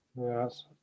Yes